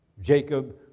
Jacob